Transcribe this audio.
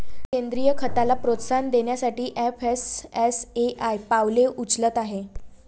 सेंद्रीय खताला प्रोत्साहन देण्यासाठी एफ.एस.एस.ए.आय पावले उचलत आहे